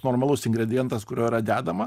normalus ingredientas kurio yra dedama